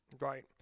Right